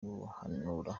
guhanura